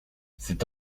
c’est